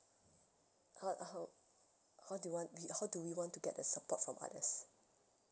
how uh how how they want we how do we want to get the support from others